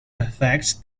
affects